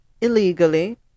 illegally